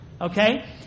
Okay